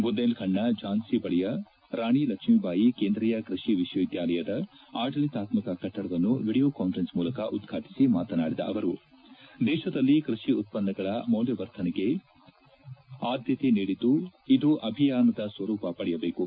ಬುಂದೆಲ್ಖಂಡ್ನ ಝಾನ್ಸಿ ಬಳಿಯ ರಾಣಿ ಲಕ್ಷ್ಮೀಬಾಯಿ ಕೇಂದ್ರೀಯ ಕೃಷಿ ವಿಶ್ವವಿದ್ಯಾಲಯದ ಆಡಳಿತಾತ್ಮಕ ಕಟ್ಟಡವನ್ನು ವೀಡಿಯೊ ಕಾನ್ಫರೆನ್ಸ್ ಮೂಲಕ ಉದ್ಘಾಟಿಸಿ ಮಾತನಾಡಿದ ಅವರು ದೇಶದಲ್ಲಿ ಕೃಷಿ ಉತ್ಪನ್ನಗಳ ಮೌಲ್ಲವರ್ಧನೆಗೆ ಆದ್ಲತೆ ನೀಡಿದ್ಲು ಇದು ಅಭಿಯಾನದ ಸ್ವರೂಪ ಪಡೆಯಬೇಕು